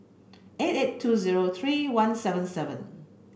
eight eight two zero three one seven seven